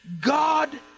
God